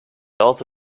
also